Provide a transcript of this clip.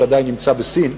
שעדיין נמצא בסין,